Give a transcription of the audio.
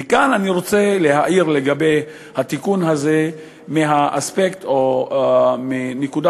אני רוצה להעיר לגבי התיקון הזה מהאספקט או מנקודת